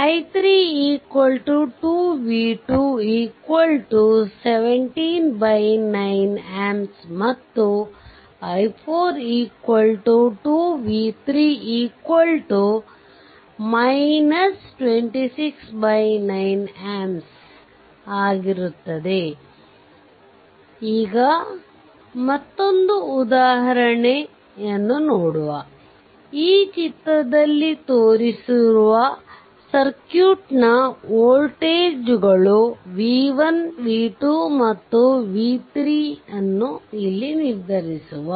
i3 2 v2179 amps ಮತ್ತು i4 2 v3 269 amps ಮತ್ತೊಂದು ಉದಾಹರಣೆ ನೋಡುವ ಈ ಚಿತ್ರದಲ್ಲಿ ತೋರಿಸಿರುವ ಸರ್ಕ್ಯೂಟ್ನ ವೋಲ್ಟೇಜ್ಗಳು v1 v2 ಮತ್ತು v3 ಅನ್ನು ಇಲ್ಲಿ ನಿರ್ಧರಿಸುವ